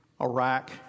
Iraq